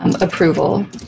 approval